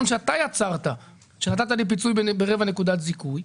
שאתה יצרת כשנתת לי פיצוי של רבע נקודת זיהוי.